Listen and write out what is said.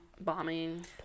Bombing